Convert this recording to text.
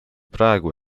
praegu